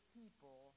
people